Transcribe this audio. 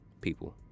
people